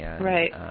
Right